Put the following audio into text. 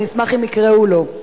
אני אשמח אם יקראו לו.